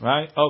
Right